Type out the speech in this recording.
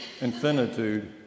infinitude